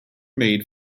made